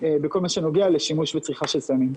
בכל מה שנוגע לשימוש בצריכה של סמים.